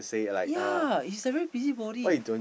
ya is like very busy body